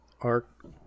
Arc